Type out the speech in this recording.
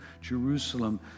Jerusalem